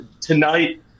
Tonight